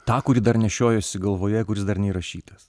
tą kurį dar nešiojuosi galvoje kuris dar neįrašytas